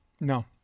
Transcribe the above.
No